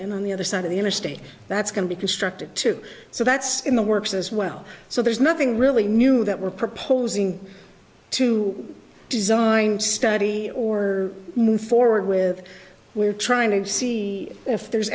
and on the other side of the interstate that's going to be constructed too so that's in the works as well so there's nothing really new that we're proposing to design study or move forward with we're trying to see if there's